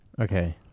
Okay